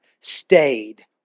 stayed